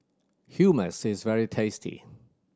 hummus is very tasty